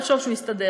יחשוב שהוא הסתדר.